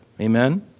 Amen